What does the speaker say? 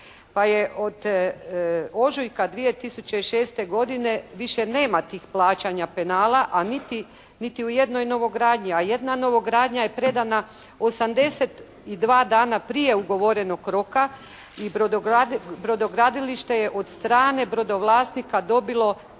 pa je od ožujka 2006. godine više nema tih plaćanja penala a niti u jednoj novogradnji. A jedna novogradnja je predana 82 dana prije ugovorenog roka i brodogradilište je od strane brodovlasnika dobilo